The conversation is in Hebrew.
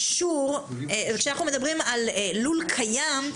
כאשר אנחנו מדברים על לול קיים,